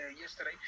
yesterday